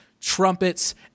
trumpets